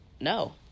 no